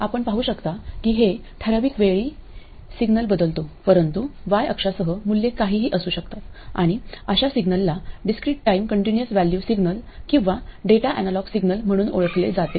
आपण पाहू शकता की हे ठराविक वेळी सिग्नल बदलतो परंतु y अक्षासह मूल्ये काहीही असू शकतात आणि अशा सिग्नलला discrete time continuous value signal किंवा डेटा एनालॉग सिग्नल म्हणून ओळखले जाते